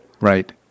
right